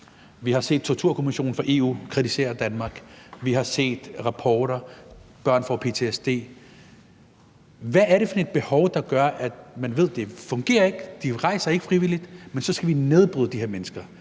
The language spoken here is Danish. Vi har set EU's Torturkommission kritisere Danmark, vi har set rapporter, børn får ptsd. Hvad er det for et behov, der gør, at man, når man ved, at det ikke fungerer, for de rejser ikke frivilligt, så vil nedbryde de her mennesker?